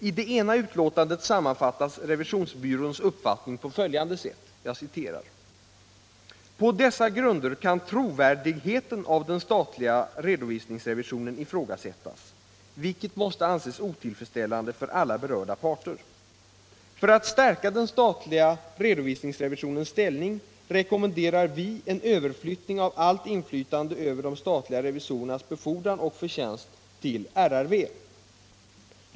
I det ena utlåtandet sammanfattas revisionsbyråns uppfattning på följande sätt: ”På dessa grunder kan trovärdigheten av den statliga redovisningsrevisionen ifrågasättas, vilket måste anses otillfredsställande för alla berörda parter. För att stärka den statliga redovisningsrevisionens ställning, rekommenderar vi en överflyttning av allt inflytande över de statliga revisorernas befordran och förtjänst till RRV.